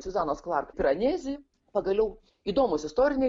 siuzanos klark piranezi pagaliau įdomūs istoriniai